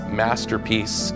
masterpiece